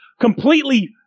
completely